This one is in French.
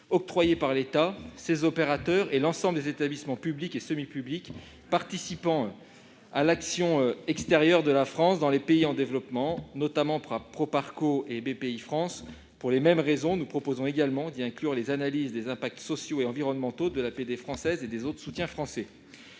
octroyés par l'État, ses opérateurs et l'ensemble des établissements publics et semi-publics participant à l'action extérieure de la France dans les pays en développement, notamment Proparco et Bpifrance. Pour les mêmes raisons, nous proposons également d'y inclure les analyses des impacts sociaux et environnementaux de l'APD française et des autres soutiens français.